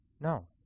No